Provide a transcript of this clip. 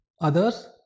others